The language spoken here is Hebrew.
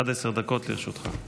עד עשר דקות לרשותך.